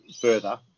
further